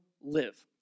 live